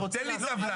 תן לי טבלה.